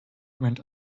went